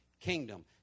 kingdom